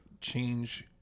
change